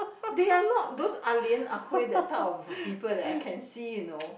they are not those ah lian ah huay that type of people that I can see you know